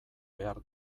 behar